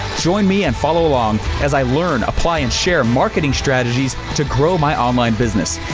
join me and follow along as i learn, apply, and share marketing strategies to grow my online business.